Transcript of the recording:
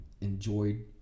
enjoyed